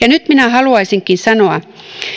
ja nyt haluaisinkin sanoa